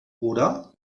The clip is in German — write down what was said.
oder